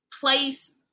place